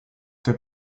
the